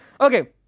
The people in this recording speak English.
okay